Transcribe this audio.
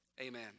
Amen